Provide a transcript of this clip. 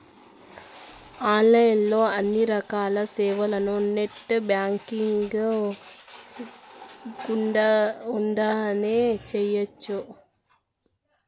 online లో అన్ని రకాల సేవలను నెట్ బ్యాంకింగ్ గుండానే చేయ్యొచ్చు